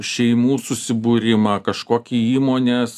šeimų susibūrimą kažkokį įmonės